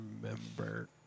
remember